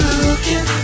looking